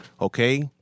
okay